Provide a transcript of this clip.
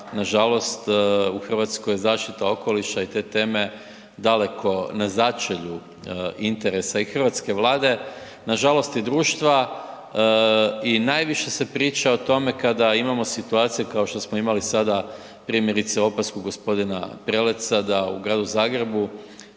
nažalost u RH zaštita okoliša i te teme daleko na začelju interesa i hrvatske Vlade, nažalost i društva, i najviše se priča o tome kada imamo situacije kao što smo imali sada primjerice opasku g. Preleca da u Gradu Zagrebu